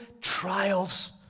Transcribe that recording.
trials